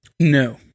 No